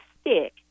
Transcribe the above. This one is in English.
stick